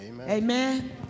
Amen